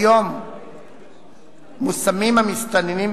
כיום מושמים המסתננים במשמורת,